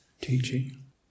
teaching